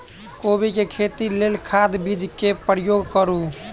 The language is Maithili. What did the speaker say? कोबी केँ खेती केँ लेल केँ खाद, बीज केँ प्रयोग करू?